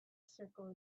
circle